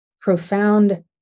profound